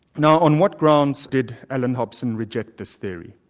now on what grounds did allan hobson reject this theory?